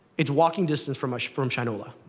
it's walking distance from from shinola.